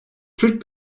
türk